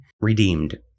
redeemed